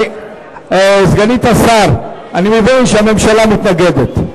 סגנית השר, אני מבין שהממשלה מתנגדת.